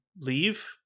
leave